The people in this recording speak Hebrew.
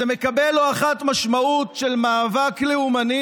זה מקבל לא אחת משמעות של מאבק לאומני